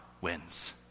wins